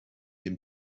dem